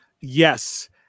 Yes